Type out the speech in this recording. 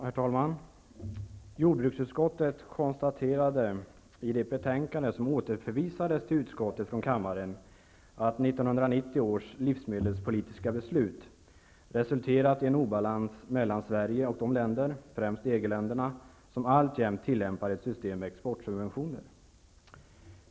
Herr talman! Jordbruksutskottet konstaterade i ett betänkande som återförvisades från kammaren till utskottet att 1990 års livsmedelspolitiska beslut resulterat i en obalans mellan Sverige och de länder -- främst EG-länderna -- som alltjämt tillämpar ett system med exportsubventioner.